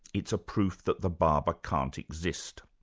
it's a proof that the barber can't exist.